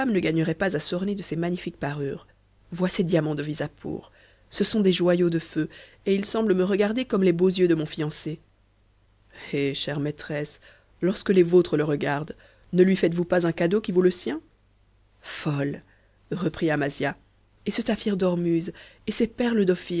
ne gagnerait pas à s'orner de ces magnifiques parures vois ces diamants de visapour ce sont des joyaux de feu et ils semblent me regarder comme les beaux yeux de mon fiancé eh chère maîtresse lorsque les vôtres le regardent ne lui faites-vous pas un cadeau qui vaut le sien folle reprit amasia et ce saphir d'ormuz et ces perles